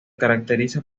caracteriza